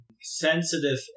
sensitive